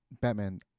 Batman